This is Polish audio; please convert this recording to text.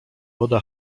woda